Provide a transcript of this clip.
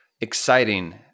exciting